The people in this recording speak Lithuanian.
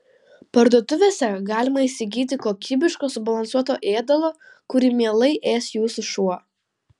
parduotuvėse galima įsigyti kokybiško subalansuoto ėdalo kurį mielai ės jūsų šuo